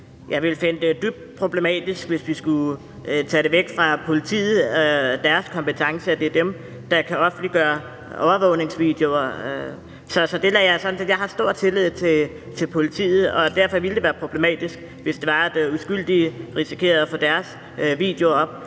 Jeg ville finde det dybt problematisk, hvis vi skulle tage kompetencerne væk fra politiet – det er deres kompetence, det er dem, der kan offentliggøre overvågningsvideoer. Jeg har stor tillid til politiet, og derfor ville det være problematisk, hvis uskyldige risikerede at få lagt en video af